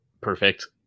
Perfect